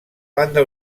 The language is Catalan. banda